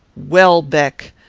welbeck!